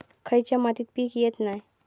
खयच्या मातीत पीक येत नाय?